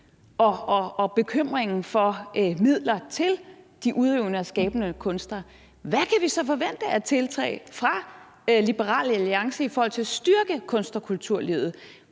og bekymringen for midler til de udøvende og skabende kunstnere hvad kan vi så forvente af tiltag fra Liberal Alliance i forhold til at styrke kunst- og kulturlivet?